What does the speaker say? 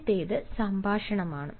ആദ്യത്തേത് സംഭാഷണമാണ്